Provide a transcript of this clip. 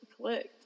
clicked